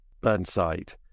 Burnside